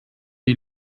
die